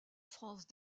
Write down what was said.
france